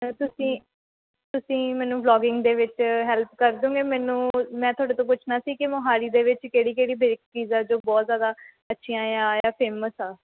ਤੁਸੀਂ ਤੁਸੀਂ ਮੈਨੂੰ ਬਲੋਗਿੰਗ ਦੇ ਵਿੱਚ ਹੈਲਪ ਕਰ ਦੋਂਗੇ ਮੈਨੂੰ ਮੈਂ ਤੁਹਾਡੇ ਤੋਂ ਪੁੱਛਣਾ ਸੀ ਕਿ ਮੋਹਾਲੀ ਦੇ ਵਿੱਚ ਕਿਹੜੀ ਕਿਹੜੀ ਬੇਕਰੀਜ਼ ਹੈ ਜੋ ਬਹੁਤ ਜ਼ਿਆਦਾ ਅੱਛੀਆ ਆ ਜ਼ਾਂ ਫੇਮਸ ਆ